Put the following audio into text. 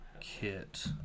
kit